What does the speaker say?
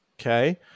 Okay